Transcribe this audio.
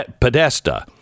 Podesta